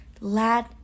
let